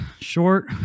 short